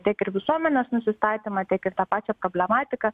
tiek ir visuomenės nusistatymą tiek ir tą pačią problematiką